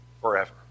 forever